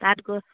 তাত গছ